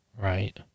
Right